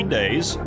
days